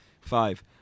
five